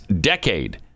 decade